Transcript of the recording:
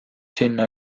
sinna